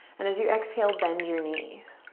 and as you exhale, bend your knees.